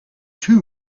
two